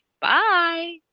Bye